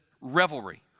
revelry